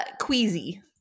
Queasy